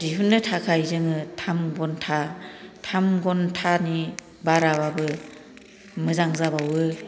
दिहुन्नो थाखाय जोङो थाम घन्टा थाम घन्टानि बाराबाबो मोजां जाबावो